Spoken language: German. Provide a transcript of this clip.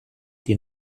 die